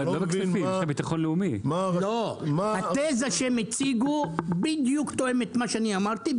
לא, התזה שהם הציגו תואמת בדיוק את מה שאני אמרתי.